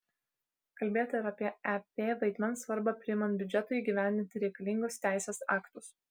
kalbėta ir apie ep vaidmens svarbą priimant biudžetui įgyvendinti reikalingus teisės aktus